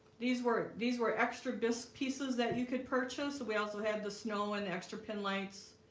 these were these were extra disk pieces that you could purchase. we also had the snow and extra pin lights.